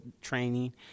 training